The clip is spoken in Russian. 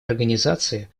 организации